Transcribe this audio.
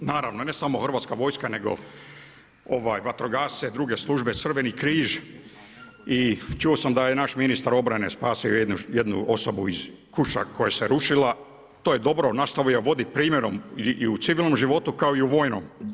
Naravno ne samo hrvatska vojska, nego ovaj vatrogasce, druge službe, Crveni križ i čuo sam da je naš ministar obrane spasio jednu osobu iz kuća koja se rušila, to je dobro, nastavila je voditi primjerom i u civilnom životu, kao i u vojnom.